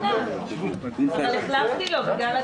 אפשר לדעת?